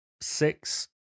six